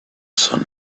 sun